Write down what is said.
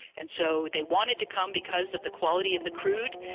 and so they wanted to come because of the quality of the crude,